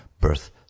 birth